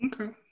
Okay